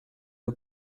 nos